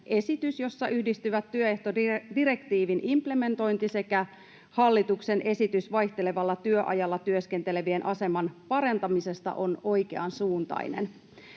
esitys, jossa yhdistyvät työehtodirektiivin implementointi sekä hallituksen esitys vaihtelevalla työajalla työskentelevien aseman parantamisesta, on oikeansuuntainen.